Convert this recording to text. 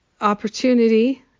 opportunity